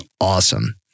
awesome